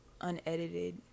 unedited